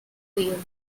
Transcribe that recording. wheel